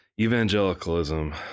evangelicalism